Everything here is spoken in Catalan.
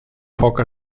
foc